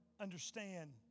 understand